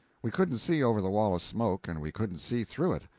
we couldn't see over the wall of smoke, and we couldn't see through it.